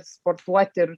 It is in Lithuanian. sportuot ir